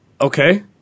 Okay